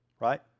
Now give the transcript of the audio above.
Right